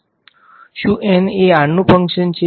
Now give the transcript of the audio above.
વિદ્યાર્થી હા તો દરેક લખવું પડશે